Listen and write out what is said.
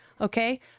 Okay